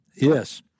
yes